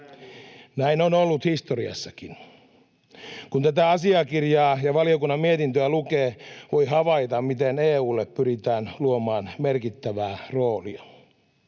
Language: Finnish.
Näin on ollut historiassakin. Kun tätä asiakirjaa ja valiokunnan mietintöä lukee, voi havaita, miten EU:lle pyritään luomaan merkittävää roolia.